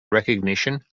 recognition